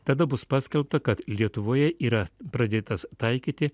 tada bus paskelbta kad lietuvoje yra pradėtas taikyti